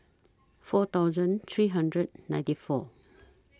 four thousand three hundred ninety four